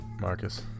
Marcus